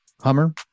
Hummer